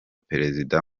perezida